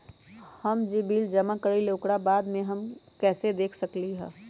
हम जे बिल जमा करईले ओकरा बाद में कैसे देख सकलि ह?